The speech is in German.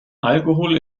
alkohol